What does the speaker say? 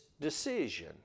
decision